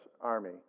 army